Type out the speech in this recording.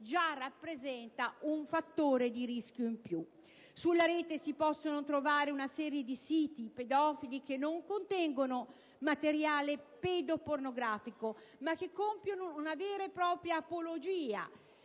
già rappresenta un fattore di rischio in più. Sulla Rete si può trovare una serie di siti pedofili che non contengono materiale pedopornografico, ma che compiono una vera e propria apologia